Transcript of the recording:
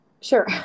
Sure